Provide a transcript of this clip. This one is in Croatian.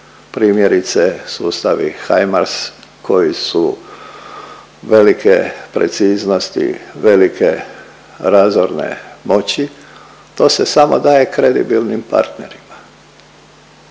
primjerice sustavi Himers koji su velike preciznosti, velike razorne moći, to se samo daje kredibilnim partnerima.